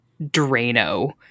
Drano